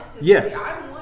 Yes